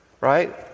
right